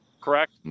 Correct